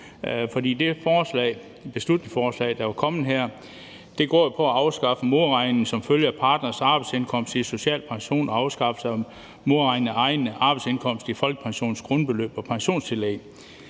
til folketingsbeslutning om at afskaffe modregning som følge af en partners arbejdsindkomst i social pension og afskaffelse af modregning af egen arbejdsindkomst i folkepensionens grundbeløb og pensionstillæg.